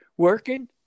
Working